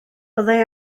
byddai